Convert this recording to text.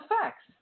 facts